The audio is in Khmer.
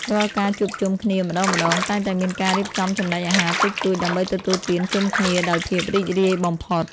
រាល់ការជួបជុំគ្នាម្ដងៗ តែងតែមានការរៀបចំចំណីអាហារតិចតួច ដើម្បីទទួលទានជុំគ្នាដោយភាពរីករាយបំផុត។